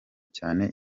cyane